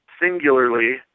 singularly